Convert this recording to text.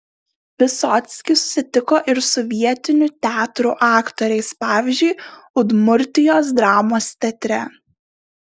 vysockis susitiko ir su vietinių teatrų aktoriais pavyzdžiui udmurtijos dramos teatre